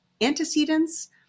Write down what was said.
antecedents